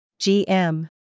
GM